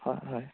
হয় হয়